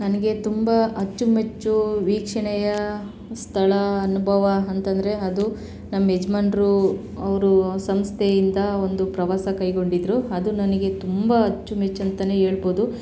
ನನಗೆ ತುಂಬ ಅಚ್ಚುಮೆಚ್ಚು ವೀಕ್ಷಣೆಯ ಸ್ಥಳ ಅನುಭವ ಅಂತಂದರೆ ಅದು ನಮ್ಮ ಯಜಮಾನ್ರು ಅವ್ರ ಸಂಸ್ಥೆಯಿಂದ ಒಂದು ಪ್ರವಾಸ ಕೈಗೊಂಡಿದ್ದರು ಅದು ನನಗೆ ತುಂಬ ಅಚ್ಚುಮೆಚ್ಚು ಅಂತನೇ ಹೇಳ್ಬೋದು